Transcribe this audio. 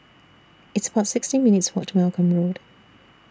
It's about sixty minutes' Walk to Malcolm Road